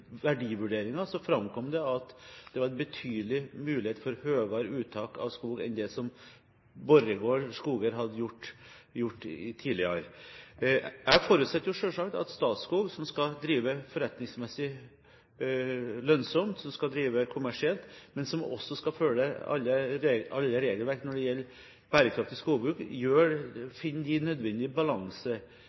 framkom det at det var en betydelig mulighet for høyere uttak av skog enn det Borregaard Skoger hadde gjort tidligere. Jeg forutsetter selvsagt at Statskog, som skal drive forretningsmessig lønnsomt, som skal drive kommersielt, men som også skal følge alle regelverk når det gjelder bærekraftig skogbruk, gjør de